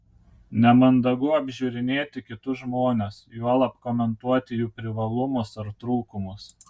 nemandagu apžiūrinėti kitus žmones juolab komentuoti jų privalumus ar trūkumus